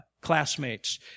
classmates